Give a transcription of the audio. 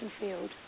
field